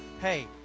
hey